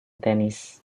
tenis